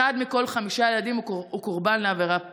אחד מכל חמישה ילדים הוא קורבן לעבירה מינית.